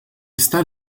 está